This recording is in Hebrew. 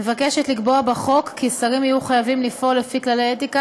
מבקשת לקבוע בחוק כי שרים יהיו חייבים לפעול לפי כללי אתיקה